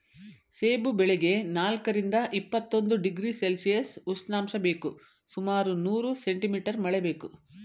ಸೇಬು ಬೆಳೆಗೆ ನಾಲ್ಕರಿಂದ ಇಪ್ಪತ್ತೊಂದು ಡಿಗ್ರಿ ಸೆಲ್ಶಿಯಸ್ ಉಷ್ಣಾಂಶ ಬೇಕು ಸುಮಾರು ನೂರು ಸೆಂಟಿ ಮೀಟರ್ ಮಳೆ ಬೇಕು